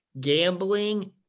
Gambling